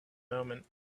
moment